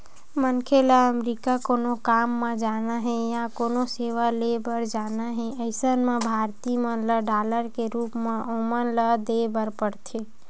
मनखे ल अमरीका कोनो काम म जाना हे या कोनो सेवा ले बर जाना हे अइसन म भारतीय मन ल डॉलर के रुप म ओमन ल देय बर परथे